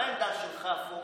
מה העמדה שלך, פורר,